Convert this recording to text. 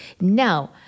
now